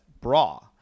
Bra